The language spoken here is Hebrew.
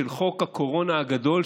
של חוק הקורונה הגדול,